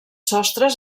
sostres